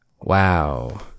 Wow